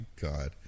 God